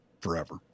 forever